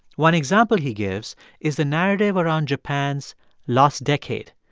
one example he gives is the narrative around japan's lost decade,